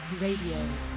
Radio